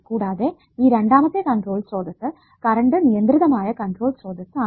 കൂടാതെ ഈ രണ്ടാമത്തെ കൺട്രോൾ സ്രോതസ്സ് കറണ്ട് നിയന്ത്രിതമായ കൺട്രോൾ സ്രോതസ്സ് ആണ്